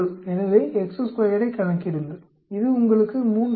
எனவே ஐக் கணக்கிடுங்கள் இது உங்களுக்கு 3